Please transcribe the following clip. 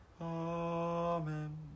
Amen